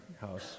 house